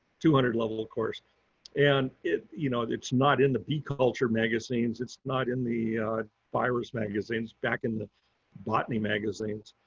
two hundred level course and it you know it's not in the bee culture magazines. it's not in the virus magazines, back in the botany magazines.